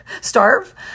starve